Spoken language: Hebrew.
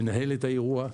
לנהל את האירוע.